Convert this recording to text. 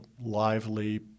lively